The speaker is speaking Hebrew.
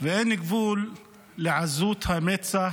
ואין גבול לעזות המצח